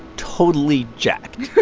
totally jacked.